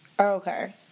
Okay